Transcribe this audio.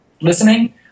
listening